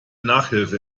nachhilfe